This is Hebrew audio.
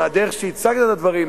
מהדרך שבה הצגת את הדברים,